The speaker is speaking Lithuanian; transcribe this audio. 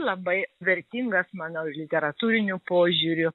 labai vertingas mano literatūriniu požiūriu